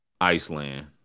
Iceland